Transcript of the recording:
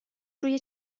روی